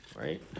right